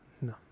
No